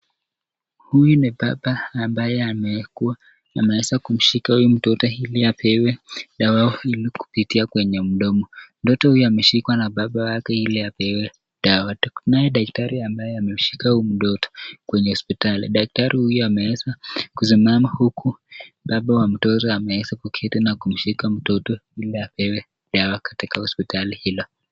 Huyu ni baba ambaye amewekwa kumshika huyu mtoto ili apewe dawa ili kupitia kwenye mdomo. Mtoto huyu ameshikwa na baba yake ili apewe dawa. Kuna daktari ambaye amemshika huyu mtoto kwenye hospitali. Daktari huyu ameweza kusimama huku baba wa mtoto ameweza kuketi na kumshika mtoto ili apewe dawa katika hospitali hilo.